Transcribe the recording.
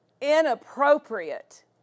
inappropriate